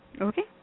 okay